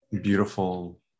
Beautiful